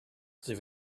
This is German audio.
sie